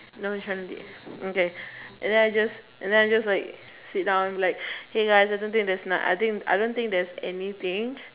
nonchalantly okay and then I just and then I just like sit down like hey guys I don't think there's na~ I think I don't think there's anything